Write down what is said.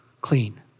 clean